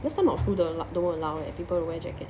then some of the school don't allow don't allow eh people wear jacket